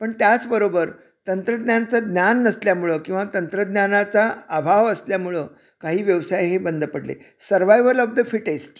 पण त्याचबरोबर तंत्रज्ञानाचं ज्ञान नसल्यामुळं किंवा तंत्रज्ञानाचा अभाव असल्यामुळं काही व्यवसाय हे बंद पडले सर्वायवल ऑफ द फिटेस्ट